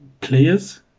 players